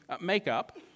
makeup